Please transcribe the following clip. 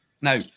Now